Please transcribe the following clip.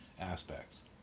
aspects